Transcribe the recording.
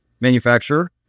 manufacturer